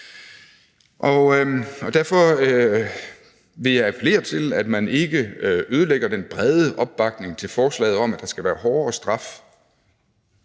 Derfor vil jeg appellere til, at man ikke ødelægger den brede opbakning til forslaget om, at der skal være hårdere straf